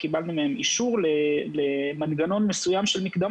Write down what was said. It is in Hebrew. מנע מגפה